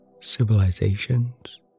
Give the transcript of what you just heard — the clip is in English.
civilizations